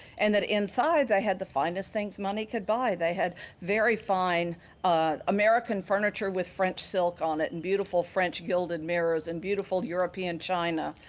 and then inside, they had the finest things money could buy they had very fine american furniture with french silk on it and beautiful french gilded mirrors and beautiful european china.